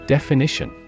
Definition